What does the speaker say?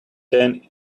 than